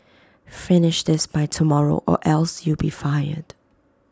finish this by tomorrow or else you'll be fired